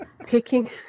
picking